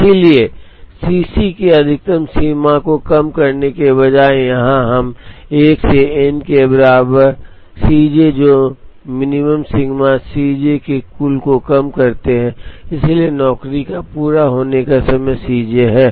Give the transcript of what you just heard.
इसलिए C C की अधिकतम सीमा को कम करने के बजाय यहां हम 1 से n के बराबर C J minimum sigma C J के कुल को कम करते हैं इसलिए नौकरी का पूरा होने का समय सी जे है